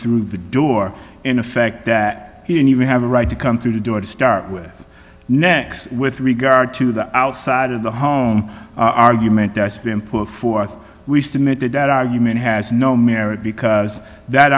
through the door in effect that he didn't even have the right to come through the door to start with next with regard to the outside of the home argument that's been put forth we submitted that argument has no merit because that